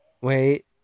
Wait